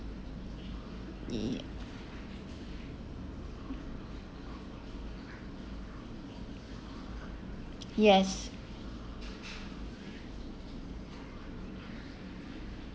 y~ yes